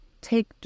take